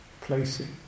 placing